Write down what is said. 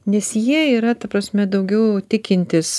nes jie yra ta prasme daugiau tikintys